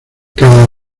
cada